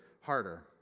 harder